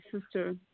Sister